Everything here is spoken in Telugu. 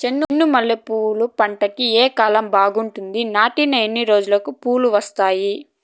చెండు మల్లె పూలు పంట కి ఏ కాలం బాగుంటుంది నాటిన ఎన్ని రోజులకు పూలు వస్తాయి